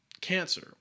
cancer